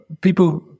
people